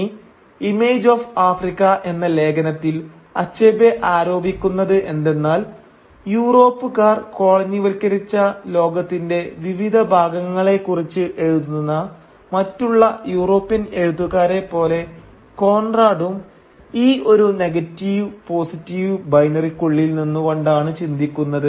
ഇനി image of Africa എന്ന ലേഖനത്തിൽ അച്ചബേ ആരോപിക്കുന്നത് എന്തെന്നാൽ യൂറോപ്പുകാർ കോളനിവൽക്കരിച്ച ലോകത്തിന്റെ വിവിധ ഭാഗങ്ങളെക്കുറിച്ച് എഴുതുന്ന മറ്റുള്ള യൂറോപ്യൻ എഴുത്തുക്കാരെ പോലെ കോൺറാടും ഈ ഒരു നെഗറ്റീവ് പോസിറ്റീവ് ബൈനറിക്കുള്ളിൽ നിന്നുകൊണ്ടാണ് ചിന്തിക്കുന്നത്